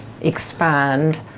expand